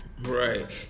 Right